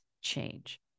change